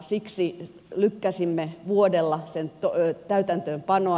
siksi lykkäsimme vuodella sen täytäntöönpanoa